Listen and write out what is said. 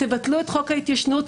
תבטלו את חוק ההתיישנות,